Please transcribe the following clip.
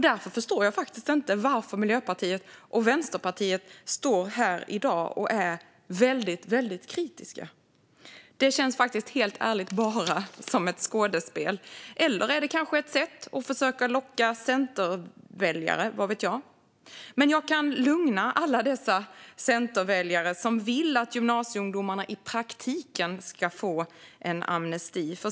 Därför förstår jag faktiskt inte varför Miljöpartiet och Vänsterpartiet står här i dag och är väldigt kritiska. Det känns helt ärligt bara som ett skådespel. Eller är det kanske ett sätt att försöka locka centerväljare - vad vet jag? Men jag kan lugna alla dessa centerväljare som vill att gymnasieungdomarna i praktiken ska få en amnesti.